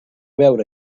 veure